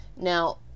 now